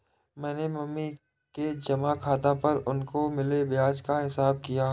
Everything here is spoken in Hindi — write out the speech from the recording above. मैंने मम्मी के जमा खाता पर उनको मिले ब्याज का हिसाब किया